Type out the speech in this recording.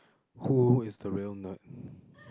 who is the real nerd